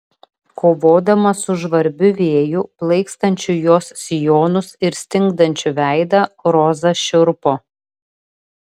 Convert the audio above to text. kovodama su žvarbiu vėju plaikstančiu jos sijonus ir stingdančiu veidą roza šiurpo